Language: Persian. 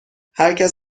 هرکس